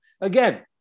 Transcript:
again